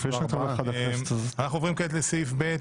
אנחנו עוברים לסעיף ב'